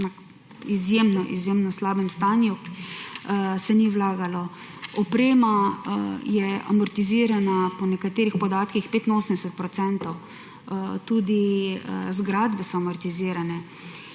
izjemno slabem stanju, se ni vlagalo. Oprema je amortizirana po nekaterih podatkih 85-odstotno, tudi zgradbe so amortizirane.